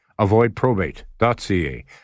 avoidprobate.ca